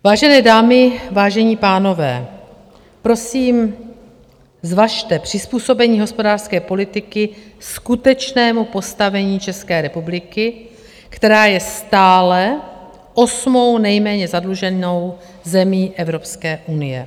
Vážené dámy, vážení pánové, prosím, zvažte přizpůsobení hospodářské politiky skutečnému postavení České republiky, která je stále osmou nejméně zadluženou zemí Evropské unie.